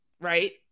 right